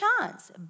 chance